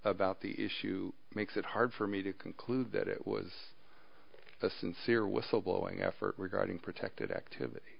about the issue makes it hard for me to conclude that it was a sincere whistle blowing effort regarding protected